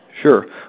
Sure